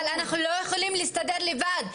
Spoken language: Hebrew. אבל אנחנו לא יכולים להסתדר לבד.